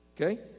okay